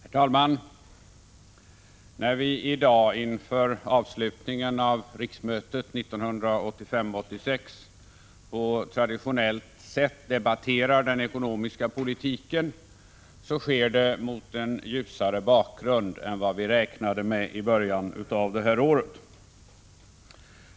Herr talman! När vi i dag inför avslutningen av riksmötet 1985/86 på traditionellt sätt debatterar den ekonomiska politiken sker det mot en ljusare bakgrund än vad vi räknade med vid årets början.